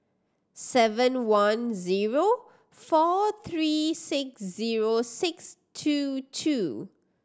seven one zero four three six zero six two two